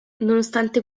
nonostante